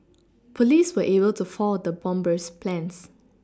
police were able to foil the bomber's plans